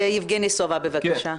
יבגני סובה, בבקשה.